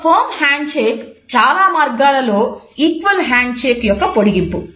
ఒక firm handshake యొక్క పొడిగింపు